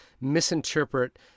misinterpret